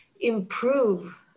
improve